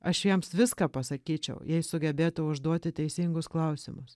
aš jiems viską pasakyčiau jei sugebėtų užduoti teisingus klausimus